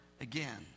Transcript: again